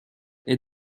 est